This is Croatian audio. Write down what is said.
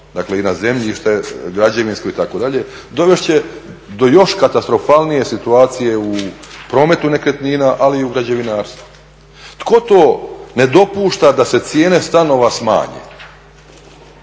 stanova i zemljišta građevinska itd. dovest će do još katastrofalnije situacije u prometu nekretnina ali i u građevinarstvu. Tko to ne dopušta da se cijene stanove smanje?